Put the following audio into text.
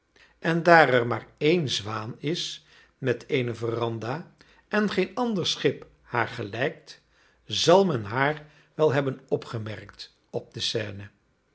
en daar er maar ééne zwaan is met eene veranda en geen ander schip haar gelijkt zal men haar wel hebben opgemerkt op de seine